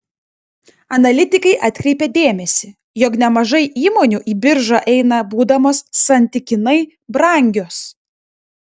analitikai atkreipia dėmesį jog nemažai įmonių į biržą eina būdamos santykinai brangios